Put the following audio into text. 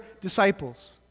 disciples